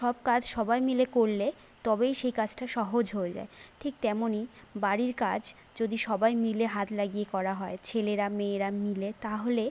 সব কাজ সবাই মিলে করলে তবেই সেই কাজটা সহজ হয়ে যায় ঠিক তেমনি বাড়ির কাজ যদি সবাই মিলে হাত লাগিয়ে করা হয় ছেলেরা মেয়েরা মিলে তাহলে